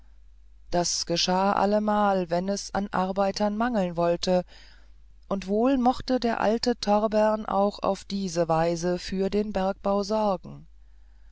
das geschah allemal wenn es an arbeitern mangeln wollte und wohl mochte der alte torbern auch auf diese weise für den bergbau sorgen